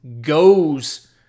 goes